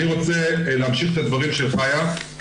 אני רוצה להמשיך את הדברים של חיה.